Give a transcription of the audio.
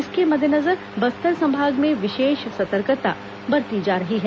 इसके मद्देनजर बस्तर संभाग में विशेष सतर्कता बरती जा रही है